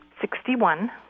Sixty-one